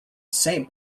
saint